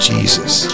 Jesus